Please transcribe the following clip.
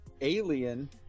alien